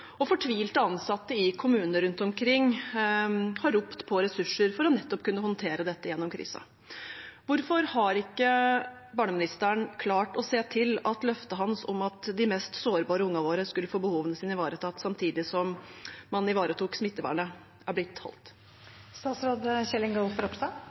og fortvilte ansatte i kommuner rundt omkring har ropt på ressurser for nettopp å kunne håndtere dette gjennom krisen. Hvorfor har ikke barneministeren klart å se til at løftet hans om at de mest sårbare ungene våre skulle få behovene sine ivaretatt samtidig som man ivaretok smittevernet, er blitt